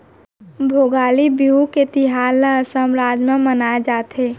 भोगाली बिहू के तिहार ल असम राज म मनाए जाथे